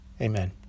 Amen